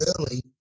early